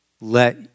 Let